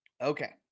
Okay